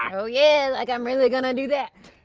oh yeah, like i'm really gonna do that.